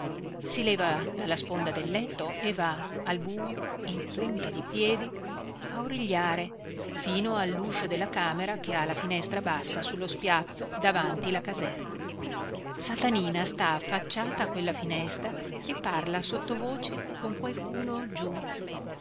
si leva dalla sponda del letto e va al bujo in punta di piedi a origliare fino alluscio della camera che ha la finestra bassa sullo spiazzo davanti la caserma satanina sta affacciata a quella finestra e parla sottovoce con qualcuno giù